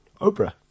Oprah